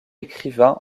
écrivain